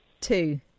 Two